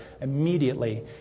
Immediately